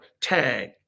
tag